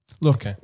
Look